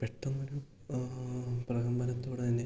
പെട്ടന്നൊരു പ്രകമ്പനത്തോടെ തന്നെ